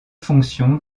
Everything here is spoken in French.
fonctions